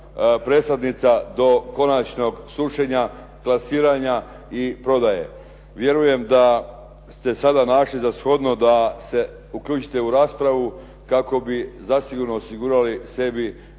presadnica do konačnog sušenja, klasiranja i prodaje. Vjerujem da ste sada našli za shodno da se uključite u raspravu kako bi zasigurno osigurali sebi